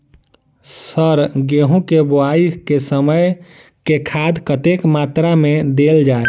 Sir गेंहूँ केँ बोवाई केँ समय केँ खाद कतेक मात्रा मे देल जाएँ?